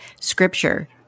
scripture